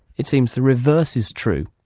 it seems the reverse is true.